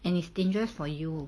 and it's dangerous for you